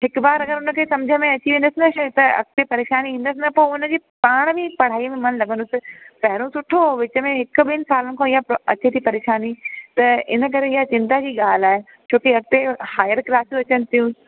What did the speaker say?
हिक बार अगरि हुनखे सम्झि में अची वेंदसि न शइ त अॻिते परेशानी ईंदसि न पोइ हुनजी पाण बि पढ़ाई में मन लॻंदुसि पहिरियों सुठो विच में हिक ॿिनि सालनि खो ईअं अचे थी परेशानी त इन करे ईअं चिंता जी ॻाल्हि आहे छोकी अॻिते हायर क्लासियूं अचनि थियूं